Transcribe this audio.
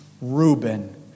Reuben